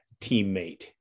teammate